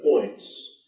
points